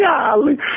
Golly